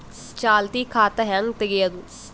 ಚಾಲತಿ ಖಾತಾ ಹೆಂಗ್ ತಗೆಯದು?